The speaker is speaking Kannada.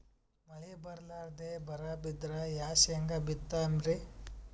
ಮಳಿ ಬರ್ಲಾದೆ ಬರಾ ಬಿದ್ರ ಯಾ ಶೇಂಗಾ ಬಿತ್ತಮ್ರೀ?